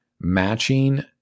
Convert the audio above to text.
matching